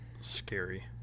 Scary